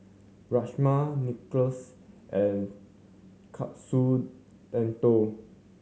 Rajma Nachos and Katsu Tendon